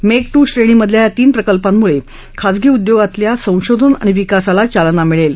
make two श्रेणीमधल्या या तीन प्रकल्पांमुळे खाजगी उद्योगातल्या संशोधन आणि विकासाला चालना मिळेल